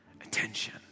attention